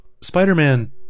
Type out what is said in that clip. spider-man